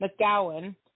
McGowan